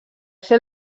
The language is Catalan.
ser